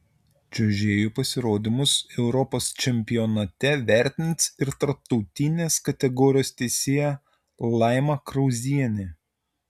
čiuožėjų pasirodymus europos čempionate vertins ir tarptautinės kategorijos teisėja laima krauzienė